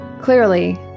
clearly